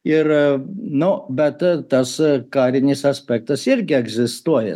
ir nu bet tas karinis aspektas irgi egzistuoja